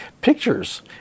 pictures